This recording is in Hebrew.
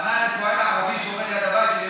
פנה אליי פועל ערבי שעובד ליד הבית שלי.